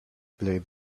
play